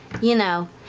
you know,